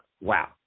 wow